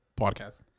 podcast